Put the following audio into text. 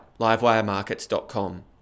livewiremarkets.com